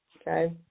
Okay